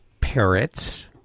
parrots